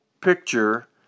picture